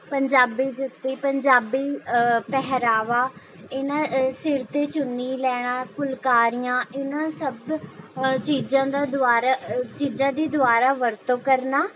ਪੰਜਾਬੀ ਜੁੱਤੀ ਪੰਜਾਬੀ ਪਹਿਰਾਵਾ ਇਨ੍ਹਾਂ ਸਿਰ 'ਤੇ ਚੁੰਨੀ ਲੈਣਾ ਫੁਲਕਾਰੀਆਂ ਇਨ੍ਹਾਂ ਸਭ ਚੀਜ਼ਾਂ ਦਾ ਦੁਆਰਾ ਚੀਜ਼ਾਂ ਦੀ ਦੁਬਾਰਾ ਵਰਤੋਂ ਕਰਨਾ